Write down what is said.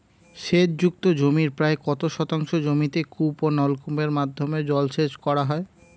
সেচ যুক্ত জমির প্রায় কত শতাংশ জমিতে কূপ ও নলকূপের মাধ্যমে জলসেচ করা হয়?